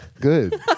good